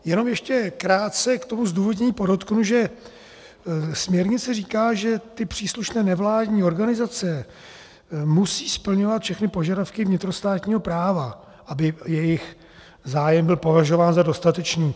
Jenom ještě krátce ke zdůvodnění podotknu, že směrnice říká, že příslušné nevládní organizace musí splňovat všechny požadavky vnitrostátního práva, aby jejich zájem byl považován za dostatečný.